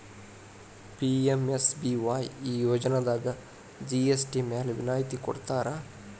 PMSBY ಈ ಯೋಜನಾದಾಗ GST ಮ್ಯಾಲೆ ವಿನಾಯತಿ ಕೊಡ್ತಾರಾ